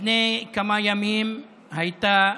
לפני כמה ימים הייתה,